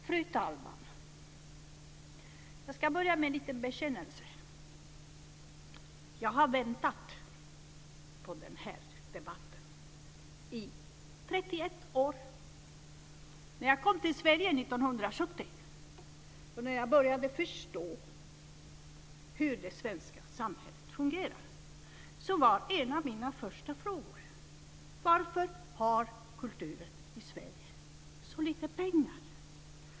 Fru talman! Jag ska börja med en liten bekännelse. Jag har väntat på denna debatt i 31 år. När jag kom till Sverige 1970 och började förstå hur det svenska samhället fungerar var en av mina första frågor varför kulturen i Sverige har så lite pengar.